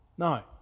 No